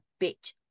bitch